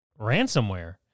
ransomware